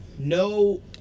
No